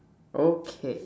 okay